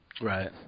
Right